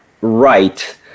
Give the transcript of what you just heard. right